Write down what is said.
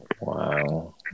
Wow